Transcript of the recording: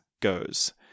goes